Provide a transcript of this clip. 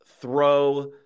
throw